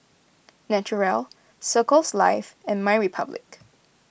Naturel Circles Life and MyRepublic